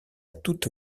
toute